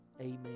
Amen